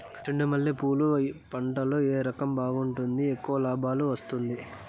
చెండు మల్లె పూలు పంట లో ఏ రకం బాగుంటుంది, ఎక్కువగా లాభాలు వస్తుంది?